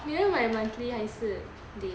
你要买还是